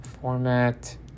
Format